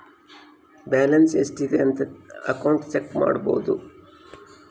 balance ಎಷ್ಟ್ ಇದೆ ಅಂತ ಅಕೌಂಟ್ ಚೆಕ್ ಮಾಡಬೋದು